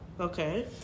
okay